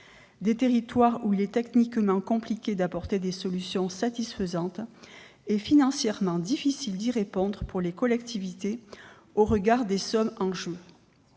de territoires où il est techniquement compliqué d'apporter des solutions satisfaisantes, et financièrement difficile d'agir pour les collectivités au regard des sommes en jeu.